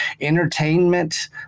entertainment